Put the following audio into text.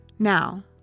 Now